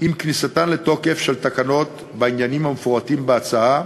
עם כניסתן לתוקף של תקנות בעניינים המפורטים בהצעה,